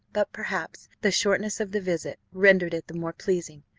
but, perhaps, the shortness of the visit rendered it the more pleasing,